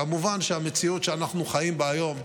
כמובן שהמציאות שאנחנו חיים בה היום,